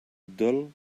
dull